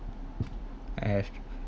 I have